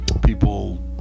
people